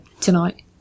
Tonight